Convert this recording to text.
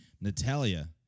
Natalia